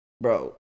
Bro